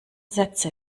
sätze